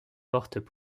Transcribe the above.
portent